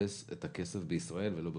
לחפש את הכסף בישראל ולא בחו"ל.